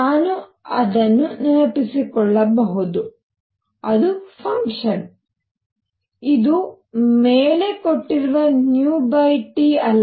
ನಾನು ಅದನ್ನು ನೆನಪಿಸಿಕೊಳ್ಳಬಹುದು f ಫಂಕ್ಷನ್ ಇದು ಮೇಲೆ ಕೊಟ್ಟಿರುವ T ಅಲ್ಲ